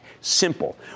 Simple